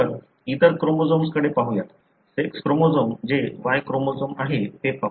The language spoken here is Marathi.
तर इतर क्रोमोझोम्स कडे पाहुयात सेक्स क्रोमोझोम जे Y क्रोमोझोम आहे ते पाहू